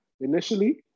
Initially